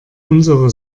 unsere